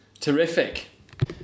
Terrific